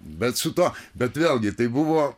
bet su tuo bet vėlgi tai buvo